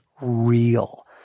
real